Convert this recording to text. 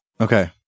Okay